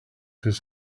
his